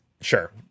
Sure